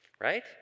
right